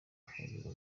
gufungirwa